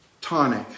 tonic